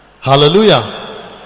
Hallelujah